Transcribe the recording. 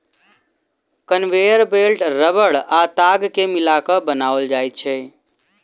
conveyor belt रबड़ आ ताग के मिला के बनाओल जाइत छै